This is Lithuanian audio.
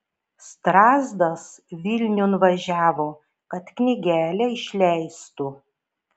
strazdas vilniun važiavo kad knygelę išleistų